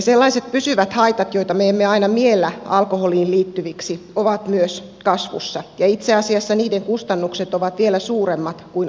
sellaiset pysyvät haitat joita me emme aina miellä alkoholiin liittyviksi ovat myös kasvussa ja itse asiassa niiden kustannukset ovat vielä suuremmat kuin akuuttien haittojen